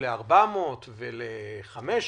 ל-400 או ל-500.